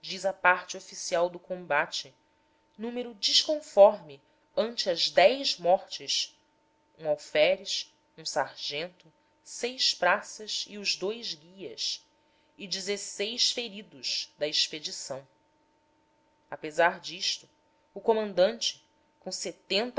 a parte oficial do combate número desconforme ante as dez mortes um alferes um sargento seis praças e os dous guias e feridos da expedição apesar disto o comandante com setenta